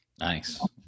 Nice